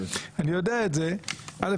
א',